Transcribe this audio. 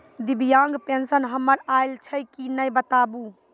दिव्यांग पेंशन हमर आयल छै कि नैय बताबू?